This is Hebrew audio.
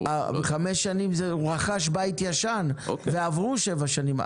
חמש שנים זה כשהוא רכש בית ישן, ועברו שבע שנים.